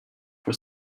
for